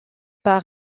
par